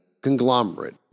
conglomerate